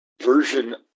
version